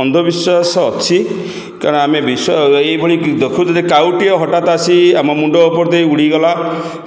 ଅନ୍ଧବିଶ୍ୱାସ ଅଛି କାରଣ ଆମେ ଏହିଭଳି ଦେଖୁ ଯେ ଯଦି କାଉଟିଏ ହଠାତ୍ ଆସି ଆମ ମୁଣ୍ଡ ଉପରେ ଦେଇ ଉଡ଼ିଗଲା